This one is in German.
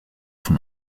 von